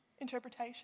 interpretation